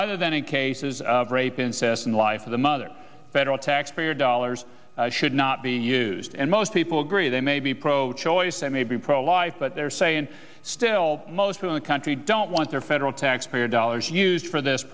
other than in cases of rape incest and life of the mother federal taxpayer dollars should not be used and most people agree they may be pro choice they may be pro life but they're saying still most of the country don't want their federal taxpayer dollars used for this